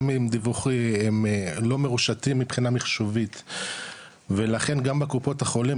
גם הם לא מרושתים מבחינה מחשובית ולכן גם בקופות החולים,